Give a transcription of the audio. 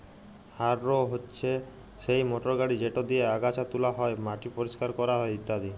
harrow হছে সেই motor গাড়ি যেট দিঁয়ে আগাছা তুলা হ্যয়, মাটি পরিষ্কার ক্যরা হ্যয় ইত্যাদি